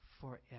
forever